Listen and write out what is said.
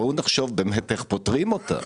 בואו נחשוב איך פותרים אותה.